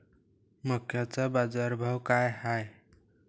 मक्याचा बाजारभाव काय हाय?